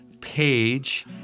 page